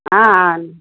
అవును